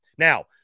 Now